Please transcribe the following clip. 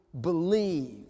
believe